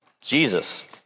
Jesus